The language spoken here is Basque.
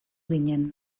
ginen